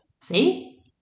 See